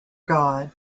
god